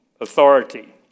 authority